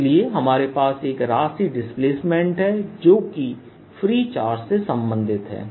इसलिए हमारे पास एक राशि डिस्प्लेसमेंट है और जो फ्री चार्ज से संबंधित है